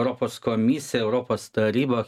europos komisija europos taryba